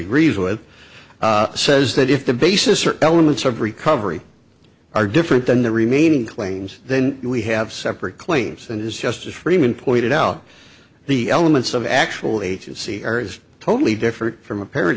agrees with says that if the basis or elements of recovery are different than the remaining claims then we have separate claims and is just as freeman pointed out the elements of actual agency are is totally different from a par